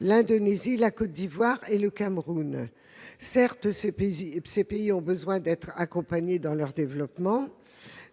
l'Indonésie, la Côte d'Ivoire et le Cameroun. Ces pays ont certes besoin d'être accompagnés dans leur développement,